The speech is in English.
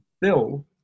bill